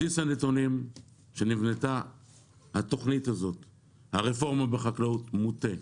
בסיס הנתונים שעל פיו נבנתה הרפורמה הזאת הוא מוטה.